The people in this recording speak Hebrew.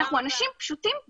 אנחנו אנשים פשוטים וקטנים.